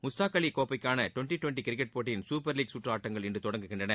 முஸ்டாக் அலி கோப்பைக்கான twenty twenty cricket போட்டியின் super league சுற்று ஆட்டங்கள் இன்று தொடங்குகின்றன